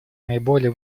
наиболее